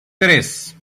tres